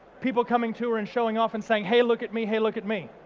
people coming to her and showing off and saying, hey look at me, hey look at me.